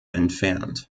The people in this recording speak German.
entfernt